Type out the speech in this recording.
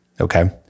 Okay